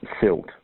silt